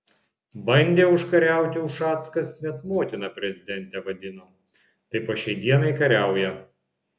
bandė užkariauti ušackas net motina prezidentę vadino tai po šiai dienai kariauja